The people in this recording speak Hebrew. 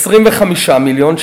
25 מיליון,